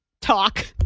talk